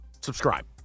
Subscribe